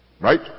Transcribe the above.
right